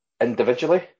individually